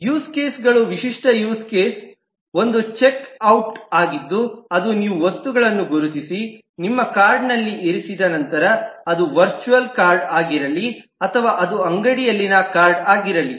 use ಕೇಸ್ಗಳು ವಿಶಿಷ್ಟ use case ಒಂದು ಚೆಕ್ ಔಟ್ ಆಗಿದ್ದು ಅದು ನೀವು ವಸ್ತುಗಳನ್ನು ಗುರುತಿಸಿ ನಿಮ್ಮ ಕಾರ್ಡ್ನಲ್ಲಿ ಇರಿಸಿದ ನಂತರಅದು ವರ್ಚುವಲ್ ಕಾರ್ಡ್ ಆಗಿರಲಿ ಅಥವಾ ಅದು ಅಂಗಡಿಯಲ್ಲಿನ ಕಾರ್ಡ್ ಆಗಿರಲಿ